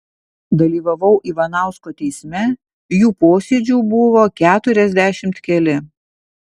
dalyvavau ivanausko teisme jų posėdžių buvo keturiasdešimt keli